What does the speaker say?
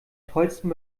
tollsten